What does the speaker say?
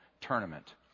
tournament